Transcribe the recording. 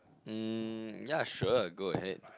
um ya sure go ahead